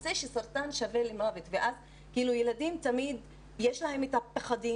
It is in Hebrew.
יוצא שסרטן שווה מוות ואז ילדים תמיד יש להם את הפחדים